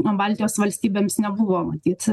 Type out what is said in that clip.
baltijos valstybėms nebuvo matyt